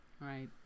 right